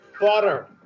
Water